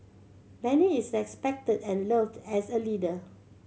Benny is respected and loved as a leader